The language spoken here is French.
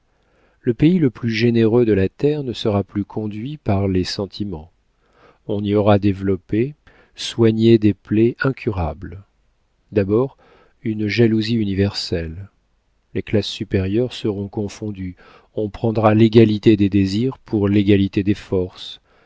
le pays le plus généreux de la terre ne sera plus conduit par les sentiments on y aura développé soigné des plaies incurables d'abord une jalousie universelle les classes supérieures seront confondues on prendra l'égalité des désirs pour l'égalité des forces